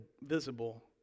visible